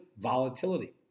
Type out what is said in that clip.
volatility